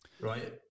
right